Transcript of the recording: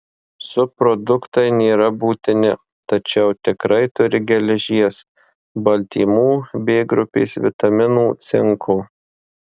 subproduktai nėra būtini tačiau tikrai turi geležies baltymų b grupės vitaminų cinko